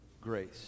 grace